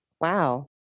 Wow